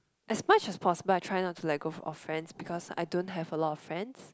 as much as possible I try not to like go off friends because I don't have a lot of friends